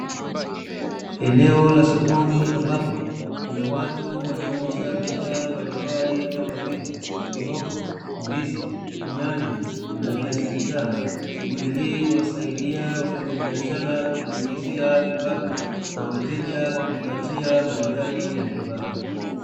Eneo la sokoni ambapo kuna watu wanauza bidhaa mbalimbali kama vile mihogo, ndizi, nyanya na viazi vitamu. Shughuli hii huwasaidia wafanyabiashara kujiingizia kipato na wateja kujipatia mahitaji ya nyumbani.